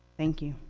thank you.